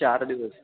चार दिवस